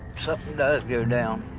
something does go down,